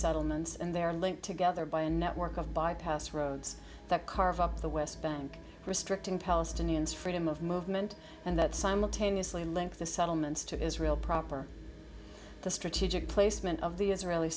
settlements and they're linked together by a network of bypass roads that carve up the west bank restricting palestinians freedom of movement and that simultaneously link the settlements to israel proper the strategic placement of the israeli